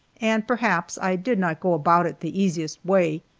and perhaps i did not go about it the easiest way,